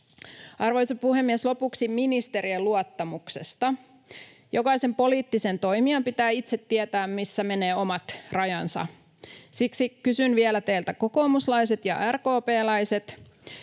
Arvoisa puhemies! Lopuksi ministerien luottamuksesta: Jokaisen poliittisen toimijan pitää itse tietää, missä menevät omat rajat. Siksi kysyn vielä teiltä, kokoomuslaiset ja RKP:läiset: